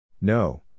No